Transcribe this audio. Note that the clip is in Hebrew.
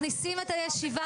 הישיבה ננעלה בשעה